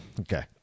Okay